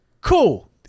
cool